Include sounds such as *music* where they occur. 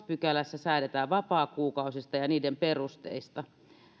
*unintelligible* pykälässä säädetään vapaakuukausista ja niiden perusteista